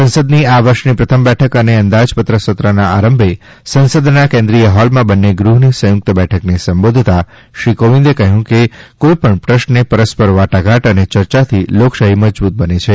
સંસદની આ વર્ષની પ્રથમ બેઠક અને અંદાજપત્ર સત્રના આરંભે સંસદના કેન્દ્રીય હોલમાં બંન્ને ગૃહની સંયુક્ત બેઠકને સંબોધતા શ્રી કોવિદે કહ્યું કે કોઈપણ પ્રશ્રે પરસ્પર વાટાધાટ અને ચર્ચાથી લોકશાહી મજબૂત બને છે